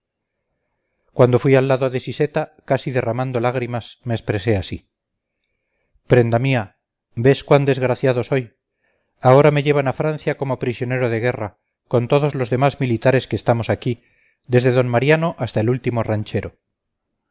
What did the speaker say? cuando fui al lado de siseta casi derramando lágrimas me expresé así prenda mía ves cuán desgraciado soy ahora me llevan a francia como prisionero de guerra con todos los demás militares que estamos aquí desde d mariano hasta el último ranchero